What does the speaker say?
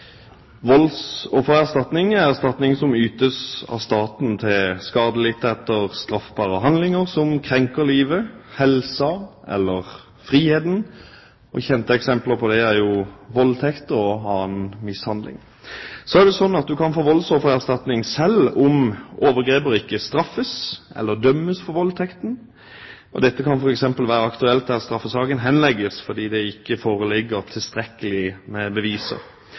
måte. Voldsoffererstatning er erstatning som ytes av staten til skadelidte etter straffbare handlinger som krenker livet, helsa eller friheten. Kjente eksempler på det er voldtekt og annen mishandling. Du kan få voldsoffererstatning selv om overgriper ikke straffes eller dømmes for voldtekten. Dette kan f.eks. være aktuelt der straffesaken henlegges fordi det ikke foreligger tilstrekkelig med